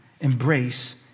embrace